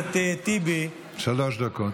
שלוש דקות.